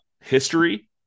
history